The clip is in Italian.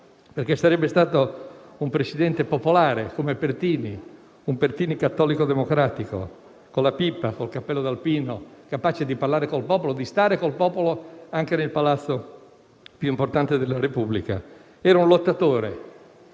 perché sarebbe stato un Presidente popolare come Pertini, un Pertini cattolico-democratico con la pipa, con il cappello da alpino, capace di parlare con il popolo, di stare con il popolo anche nel palazzo più importante della Repubblica. Era un lottatore,